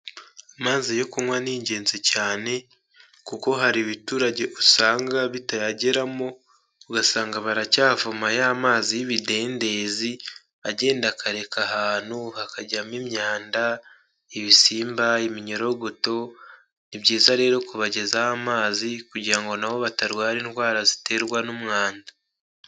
Amazi yo kunywa ni ingenzi cyane, kuko hari ibiturage usanga bitayageramo ugasanga baracyavoma ya mazi y'ibidendezi agenda akareka ahantu hakajyamo imyanda ibisimba, iminyorogoto, ni byiza rero kubagezaho amazi kugira ngo nabo batarwara indwara ziterwa n'umwanda.